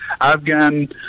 afghan